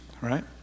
right